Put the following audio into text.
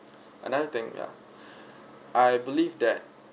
another thing yeah I believe that